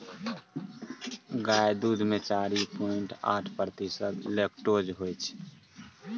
गाय दुध मे चारि पांइट आठ प्रतिशत लेक्टोज होइ छै